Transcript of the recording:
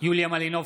יוליה מלינובסקי,